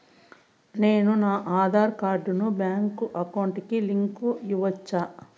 నేను నా ఆధార్ కార్డును బ్యాంకు అకౌంట్ కి లింకు ఇవ్వొచ్చా?